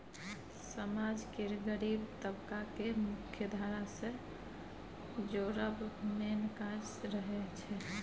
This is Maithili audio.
समाज केर गरीब तबका केँ मुख्यधारा सँ जोड़ब मेन काज रहय छै